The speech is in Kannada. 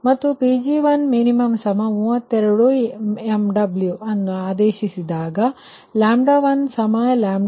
ಮತ್ತು Pg1min32 MW ಅನ್ನು ಆದೇಶಿಸಿದಾಗ 1 1min46